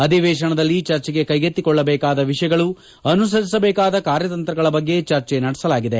ಅಧಿವೇಶನದಲ್ಲಿ ಚರ್ಚೆಗೆ ಕ್ಲೆಗೆತ್ತಿಕೊಳ್ಳಬೇಕಾದ ವಿಷಯಗಳು ಅನುಸರಿಸಬೇಕಾದ ಕಾರ್ಯತಂತ್ರಗಳ ಬಗ್ಗೆ ಚರ್ಚೆ ನಡೆಸಲಾಗಿದೆ